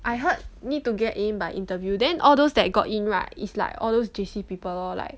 I heard need to get in by interview then all those that got in right is like all those J_C people loh like